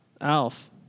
Alf